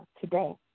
today